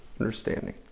understanding